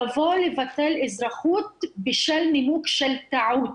לבוא לבטל אזרחות בשל נימוק של טעות.